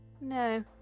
No